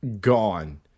gone